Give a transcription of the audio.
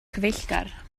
cyfeillgar